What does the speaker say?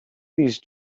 these